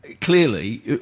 Clearly